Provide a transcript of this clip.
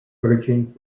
urgent